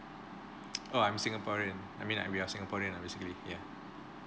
oh I'm singaporean I mean like we are singaporean lah basically ya